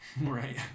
Right